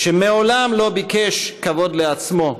שמעולם לא ביקש כבוד לעצמו,